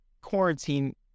quarantine